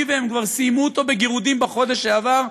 והם כבר סיימו אותו בגירודים בחודש שעבר,